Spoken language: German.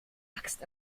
axt